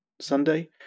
Sunday